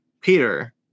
Peter